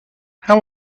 how